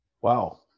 Wow